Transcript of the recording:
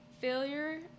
failure